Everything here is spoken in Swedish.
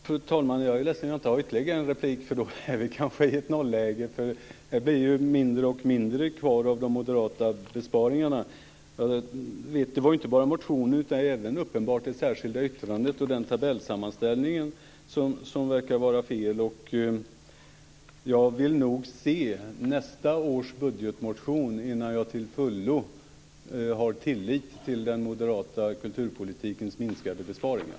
Fru talman! Jag är ledsen att jag inte har ytterligare en replik, för då hamnar vi kanske i ett nolläge. Det blir ju mindre och mindre kvar av de moderata besparingarna. Det var ju inte bara motionen, utan uppenbarligen även det särskilda yttrandet och tabellsammanställningen som verkar vara fel. Jag vill nog se nästa års budgetmotion innan jag till fullo har tillit till den moderata kulturpolitikens minskade besparingar.